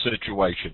situation